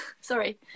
sorry